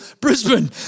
Brisbane